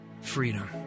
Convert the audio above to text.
Freedom